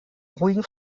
ruhigen